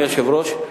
אדוני היושב-ראש,